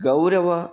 गौरवम्